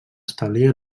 establir